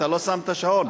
אתה לא שמת שעון.